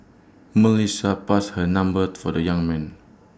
Melissa passed her number for the young man